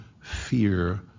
fear